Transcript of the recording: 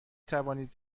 توانید